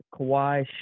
Kawhi